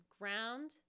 Ground